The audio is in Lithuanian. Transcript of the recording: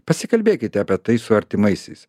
pasikalbėkite apie tai su artimaisiais